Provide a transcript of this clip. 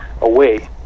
away